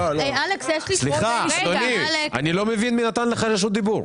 אדוני, אני לא מבין מי נתן לך רשות דיבור?